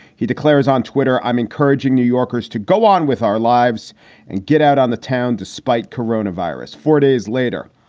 he declares on twitter, i'm encouraging new yorkers to go on with our lives and get out on the town despite corona virus four days later.